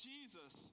Jesus